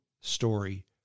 story